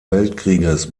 weltkrieges